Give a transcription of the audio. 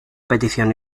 petición